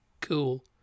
cool